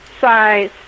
size